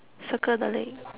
circle the leg